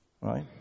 right